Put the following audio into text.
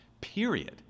period